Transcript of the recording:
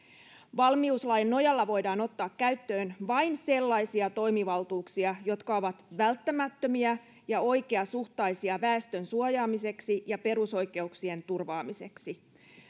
valmiuslain nojalla voidaan ottaa käyttöön vain sellaisia toimivaltuuksia jotka ovat välttämättömiä ja oikeasuhtaisia väestön suojaamiseksi ja perusoikeuksien turvaamiseksi